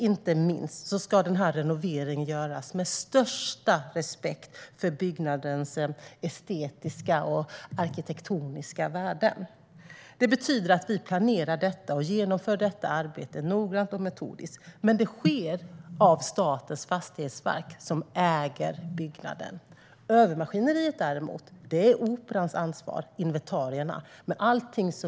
Renoveringen ska inte minst göras med största respekt för byggnadens estetiska och arkitektoniska värden. Det betyder att vi planerar och genomför arbetet noggrant och metodiskt. Men det är Statens fastighetsverk, som äger byggnaden, som ansvarar för det. Övermaskineriet, inventarierna, däremot är Operans ansvar.